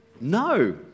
No